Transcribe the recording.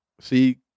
See